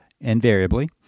invariably